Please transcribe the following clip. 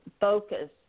focus